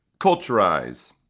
Culturize